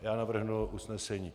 Já navrhnu usnesení.